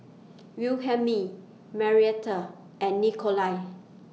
Wilhelmine Marietta and Nikolai